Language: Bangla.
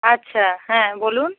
আচ্ছা হ্যাঁ বলুন